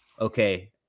okay